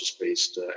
based